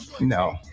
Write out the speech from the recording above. No